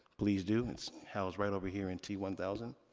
please do. it's housed right over here in t one thousand.